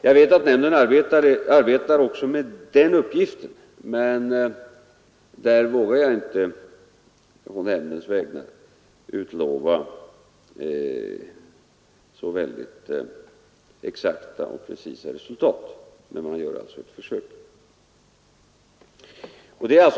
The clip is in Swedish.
Jag vet att nämnden arbetar också med den uppgiften, men där vågar jag inte på nämndens vägnar utlova så väldigt exakta och precisa resultat. Den gör alltså ett försök.